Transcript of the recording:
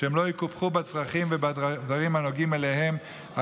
שהם לא יקופחו בצרכים ובדברים הנוגעים אליהם,